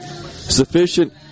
Sufficient